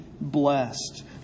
blessed